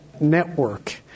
network